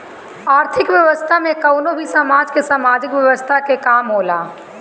आर्थिक व्यवस्था में कवनो भी समाज के सामाजिक व्यवस्था के काम होला